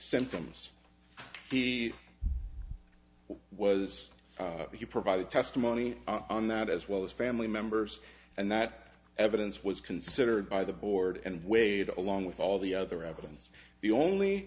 symptoms he was he provided testimony on that as well as family members and that evidence was considered by the board and weighed along with all the other evidence the only